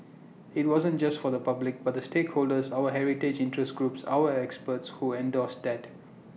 IT wasn't just for the public but the stakeholders our heritage interest groups our experts who endorsed that